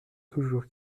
toujours